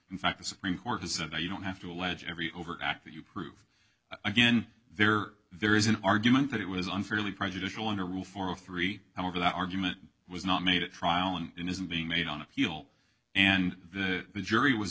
in fact the supreme court has said that you don't have to allege every overt act that you prove again there there is an argument that it was unfairly prejudicial and a rule for all three however that argument was not made at trial and it isn't being made on appeal and the jury was